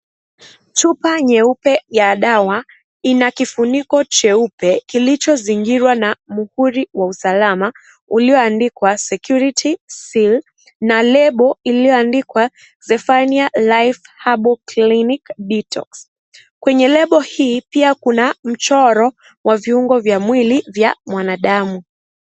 Chupa nyeupe ya dawa, ina kifuniko cheupe kilichozingirwa na muhuri wa usalama ulioandikwa Security Seal na lebo iliyoandikwa Zephania Life Herbal Clinic Detox . Kwenye lebo hii, pia kuna mchoro wa viungo vya mwili vya mwanadamu.